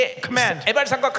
command